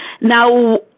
Now